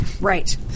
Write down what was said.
Right